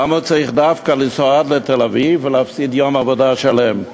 למה הוא צריך דווקא לנסוע עד תל-אביב ולהפסיד יום עבודה שלם,